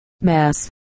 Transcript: Mass